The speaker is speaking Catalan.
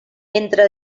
entre